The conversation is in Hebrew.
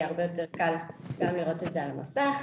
הרבה יותר קל גם לראות את זה על המסך.